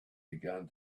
began